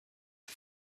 the